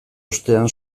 ostean